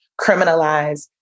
criminalize